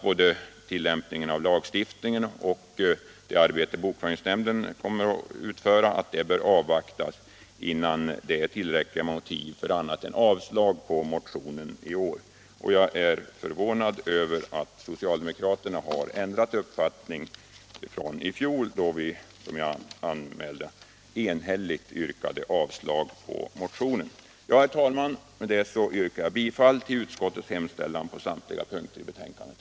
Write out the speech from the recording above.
Både tillämpningen av lagstiftningen och det arbete bokföringsnämnden kommer att utföra bör avvaktas, innan man har tillräckliga motiv för annat än avslag på motionen även i år. Jag är förvånad över att socialdemokraterna har ändrat uppfattning från i fjol då vi, som jag nämnde, enhälligt yrkade avslag på motionen. Herr talman! Med detta yrkar jag bifall till utskottets hemställan på samtliga punkter i betänkandet.